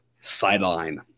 sideline